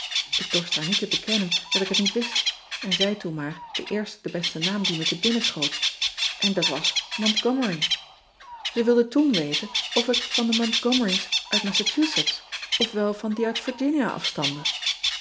k dorst baar niet te bekennen dat ik het niet wist en zei toen maar den eersten den besten naam die me te binnen schoot en dat was ontgomery e wilde toen weten of ik van de ontgomery s uit assachusetts of wel van die